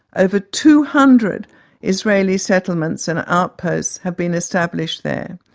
over two hundred israeli settlements and outposts have been established there.